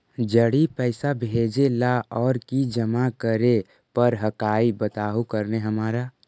जड़ी पैसा भेजे ला और की जमा करे पर हक्काई बताहु करने हमारा?